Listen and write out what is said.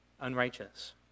unrighteous